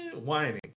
whining